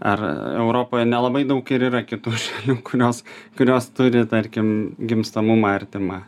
ar europoje nelabai daug ir yra kitų šalių kurios kurios turi tarkim gimstamumą artimą